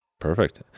Perfect